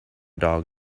dog